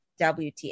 wtf